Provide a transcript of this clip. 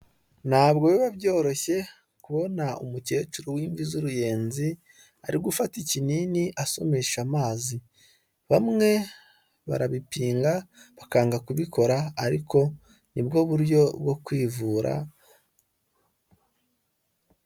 Ntabwo biba byoroshye kubona umukecuru w'imvi z'uruyenzi, ari gufata ikinini asomesha amazi. Bamwe barabipinga bakanga kubikora, ariko ni bwo buryo bwo kwivura.